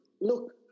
look